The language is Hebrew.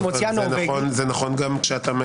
אי אפשר.